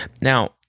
Now